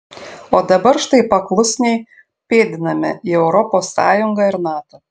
o dabar štai paklusniai pėdiname į europos sąjungą ir nato